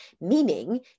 meaning